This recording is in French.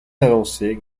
avancées